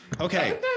Okay